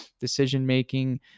decision-making